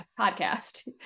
podcast